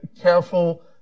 careful